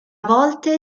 volte